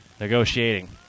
Negotiating